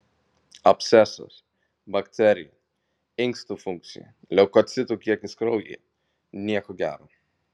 abscesas bakterija inkstų funkcija leukocitų kiekis kraujyje nieko gero